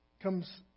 comes